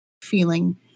feeling